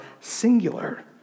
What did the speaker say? singular